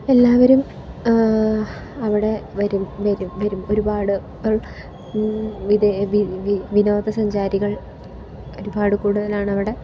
എല്ലാവരും അവിടെ വരും വരും വരും ഒരുപാട് വിനോദ സഞ്ചാരികൾ ഒരുപാട് കൂടുതലാണ് അവിടെ